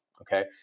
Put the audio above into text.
Okay